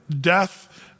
Death